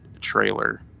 trailer